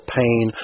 pain